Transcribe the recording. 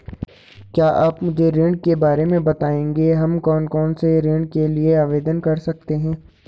क्या आप मुझे ऋण के बारे में बताएँगे हम कौन कौनसे ऋण के लिए आवेदन कर सकते हैं?